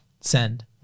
send